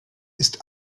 ist